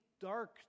dark